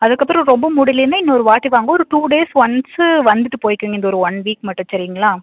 அதுக்கப்புறம் ரொம்ப முடியிலைனா இன்னொரு வாட்டி வாங்க ஒரு டூ டேஸ் ஒன்ஸு வந்துட்டு போய்க்கோங்க இந்த ஒரு ஒன் வீக் மட்டும் சரிங்களா